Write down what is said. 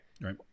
Right